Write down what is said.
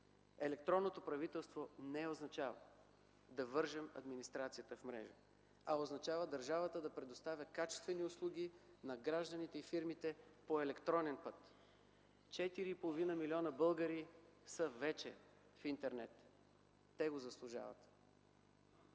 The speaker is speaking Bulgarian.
Електронното правителство не означава да вържем администрацията в мрежа, а означава държавата да предоставя качествени услуги на гражданите и фирмите по електронен път. Четири и половина милиона българи са вече в интернет. Те го заслужават.